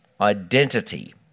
identity